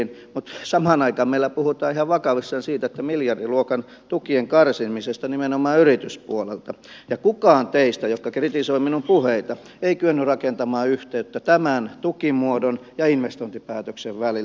mutta samaan aikaan meillä puhutaan ihan vakavissaan miljardiluokan tukien karsimisesta nimenomaan yrityspuolelta ja kukaan teistä jotka kritisoitte minun puheitani ei kyennyt rakentamaan yhteyttä tämän tukimuodon ja investointipäätöksen välillä